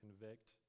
convict